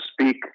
speak